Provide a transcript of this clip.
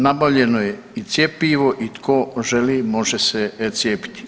Nabavljeno je i cjepivo i tko želi može se cijepiti.